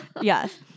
Yes